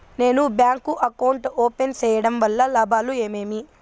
నేను bank account open సేయడం వల్ల లాభాలు ఏమేమి?